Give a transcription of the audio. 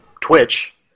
Twitch